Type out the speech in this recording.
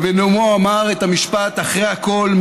ובנאומו אמר את המשפט: אחרי הכול,